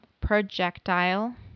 projectile